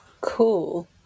cool